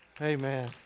Amen